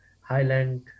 Highland